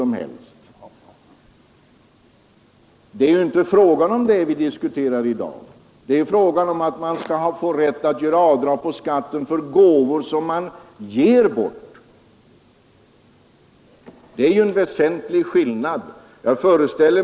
Men det är inte den frågan vi diskuterar i dag, utan det är om man skall få rätt att göra avdrag på skatten för gåvor som man ger bort. Det är en väsentlig skillnad.